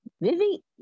Vivi